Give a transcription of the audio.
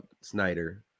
Snyder